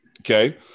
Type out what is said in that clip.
Okay